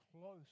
close